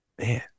Man